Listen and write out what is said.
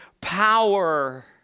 power